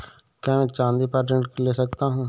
क्या मैं चाँदी पर ऋण ले सकता हूँ?